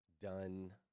done